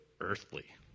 earthly